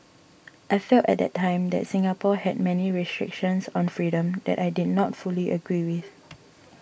I felt at the time that Singapore had many restrictions on freedom that I did not fully agree with